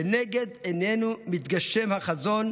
לנגד עינינו מתגשם החזון: